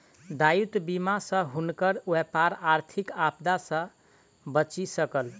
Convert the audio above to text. दायित्व बीमा सॅ हुनकर व्यापार आर्थिक आपदा सॅ बचि सकल